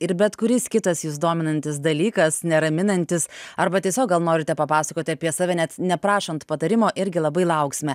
ir bet kuris kitas jus dominantis dalykas neraminantis arba tiesiog gal norite papasakoti apie save net neprašant patarimo irgi labai lauksime